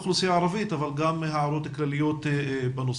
האוכלוסייה הערבית אבל גם הערות כלליות בנושא.